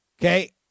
Okay